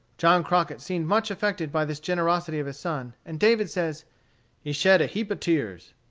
john crockett seemed much affected by this generosity of his son, and david says he shed a heap of tears.